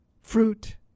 fruit